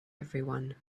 everyone